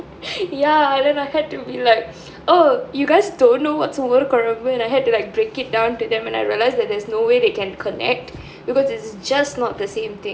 ya and then I had to be like oh you guys don't know what's mor kuzhambu kolambu and I had to break it down to them and realise that there's no way it can connect because it's just not the same thing